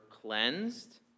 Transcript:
cleansed